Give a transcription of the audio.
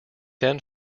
then